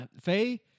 Faye